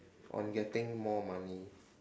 on getting more money